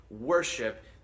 worship